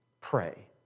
pray